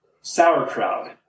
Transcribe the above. sauerkraut